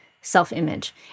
self-image